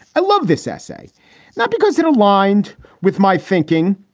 i love this essay not because it aligned with my thinking,